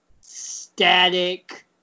static